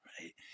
Right